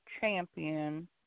champion